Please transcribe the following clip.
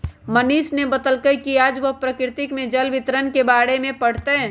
मनीष ने बतल कई कि आज वह प्रकृति में जल वितरण के बारे में पढ़ तय